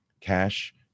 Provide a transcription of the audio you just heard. cash